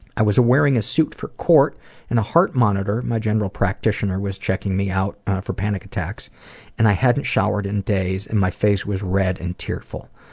i was wearing a suit for court and a heart monitor my general practitioner was checking me out for panic attacks and i hadn't showered in days, and my face was red and tearful.